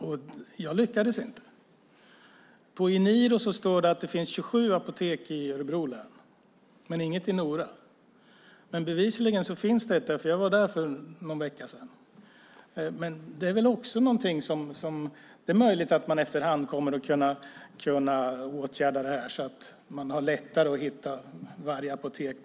Jag lyckades inte. På eniro.se stod det att det fanns 27 apotek i Örebro län. Det fanns inget i Nora. Men bevisligen finns det ett där, för jag var där för någon vecka sedan. Det är möjligt att man efter hand kommer att kunna åtgärda det här så att det blir lättare att hitta varje apotek.